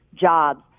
jobs